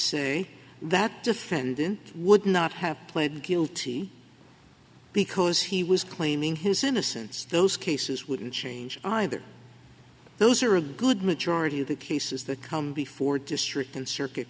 defendant would not have pled guilty because he was claiming his innocence those cases wouldn't change either those are a good majority of the cases that come before district and circuit